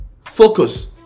Focus